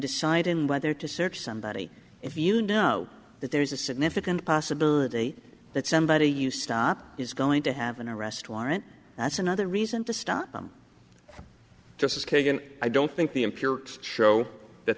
deciding whether to search somebody if you know that there is a significant possibility that somebody you stop is going to have an arrest warrant that's another reason to stop them justice kagan i don't think the impure show that